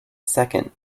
second